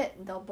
like